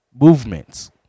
Movements